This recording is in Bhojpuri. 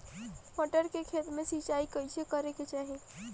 मटर के खेती मे सिचाई कइसे करे के चाही?